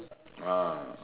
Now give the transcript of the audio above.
ah